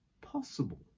possible